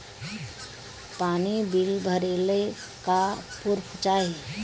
पानी बिल भरे ला का पुर्फ चाई?